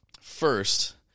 First